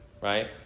Right